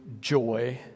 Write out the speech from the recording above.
joy